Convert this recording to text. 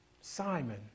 Simon